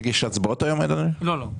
אני